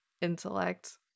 intellect